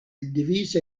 divisa